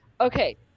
Okay